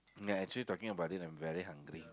ya actually talking about it I'm very hungry